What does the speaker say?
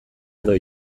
edo